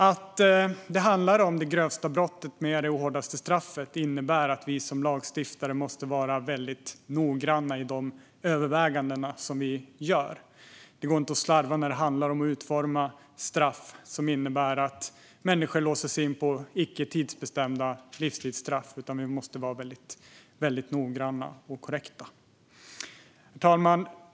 Att det handlar om det grövsta brottet med det hårdaste straffet innebär att vi som lagstiftare måste vara noggranna i de överväganden vi gör. Det går inte att slarva när det handlar om att utforma straff som innebär att människor låses in på icke tidsbestämda livstidsstraff. Vi måste vara noggranna och korrekta. Herr talman!